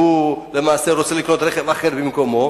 שהוא למעשה רוצה לקנות רכב אחר במקומו.